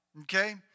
Okay